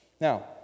Now